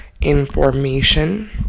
information